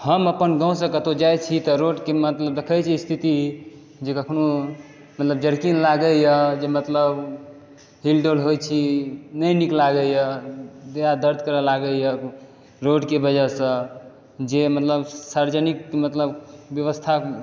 हम अपन गाँव सॅं जाइ छी कतौ तऽ देखै छी रोड के मतलब देखै छी स्थिति जेकर कोनो जर्किंग लागैया जे मतलब हिलडोल होइ छी नहि नीक लागैया देह हाथ दर्द करऽ लागैया रोडके वजहसँ जे मतलब सार्वजनिक मतलब व्यवस्था